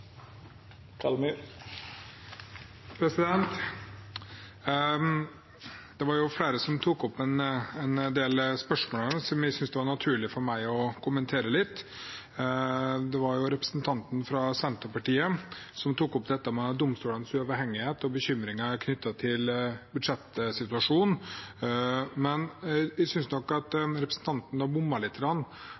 Det var flere som tok opp spørsmål som jeg syntes det var naturlig for meg å kommentere litt. Representanten fra Senterpartiet tok opp dette med domstolenes uavhengighet og bekymringer knyttet til budsjettsituasjonen. Men jeg synes nok representanten bommet lite grann